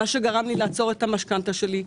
מה שגרם לי לעצור את המשכנתה שלי,